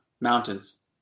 mountains